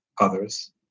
others